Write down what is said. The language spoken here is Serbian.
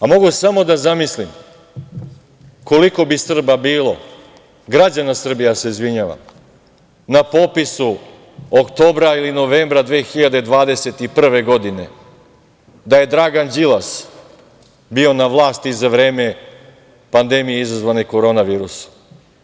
Mogu samo da zamislim koliko bi građana Srbije bilo na popisu oktobra ili novembra 2021. godine da je Dragan Đilas bio na vlasti za vreme pandemije izazvane korona virusom.